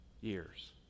years